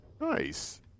nice